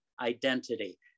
identity